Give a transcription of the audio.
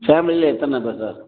பேமிலியில எத்தனை பேர் சார்